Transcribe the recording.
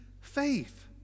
faith